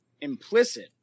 implicit